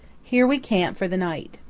here we camp for the night.